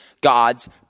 God's